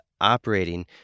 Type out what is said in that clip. operating